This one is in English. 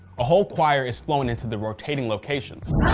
a whole choir is flowing into the rotating locations.